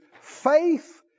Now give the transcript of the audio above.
Faith